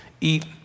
eat